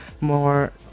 more